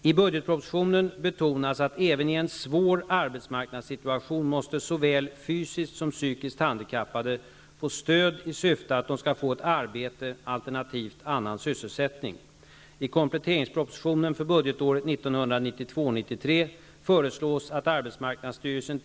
I budgetpropositionen betonas att även i en svår arbetsmarknadssituation måste såväl fysiskt som psykiskt handikappade få stöd i syfte att de skall få ett arbete alternativt annan sysselsättning.